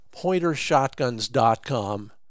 pointershotguns.com